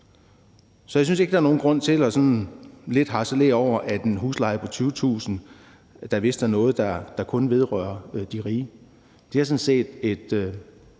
Så jeg synes ikke, der er nogen grund til sådan lidt at harcelere over det og sige, at en husleje på 20.000 kr. da vist kun er noget, der vedrører de rige.